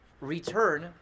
return